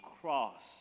cross